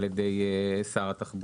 על ידי שר התחבורה.